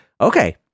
okay